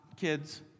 kids